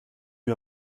eut